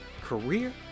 career